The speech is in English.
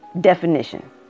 definition